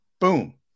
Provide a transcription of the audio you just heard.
boom